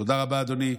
תודה רבה, אדוני,